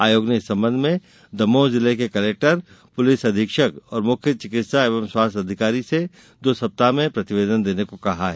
आयोग ने इस संबंध में दमोह जिले के कलेक्टर पुलिस अधीक्षक और मुख्य चिकित्सा एवं स्वास्थ्य अधिकारी से दो सप्ताह में प्रतिवेदन देने को कहा है